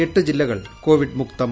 എട്ട് ജില്ലകൾ കോവിഡ് മുക്തം